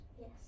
Yes